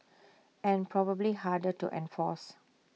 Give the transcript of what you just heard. and probably harder to enforce